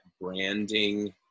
branding